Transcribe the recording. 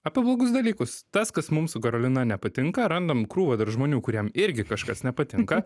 apie blogus dalykus tas kas mums su karolina nepatinka randam krūvą dar žmonių kuriem irgi kažkas nepatinka